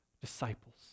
disciples